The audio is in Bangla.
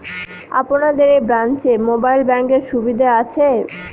আপনাদের এই ব্রাঞ্চে মোবাইল ব্যাংকের সুবিধে আছে?